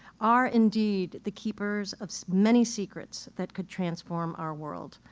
are indeed the keepers of many secrets that could transform our world.